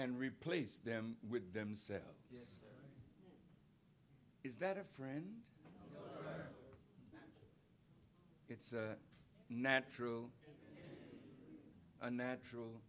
and replace them with themselves is that a friend it's natural and natural